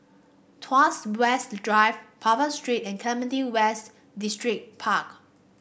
Tuas West Drive Purvis Street and Clementi West Distripark